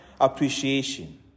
appreciation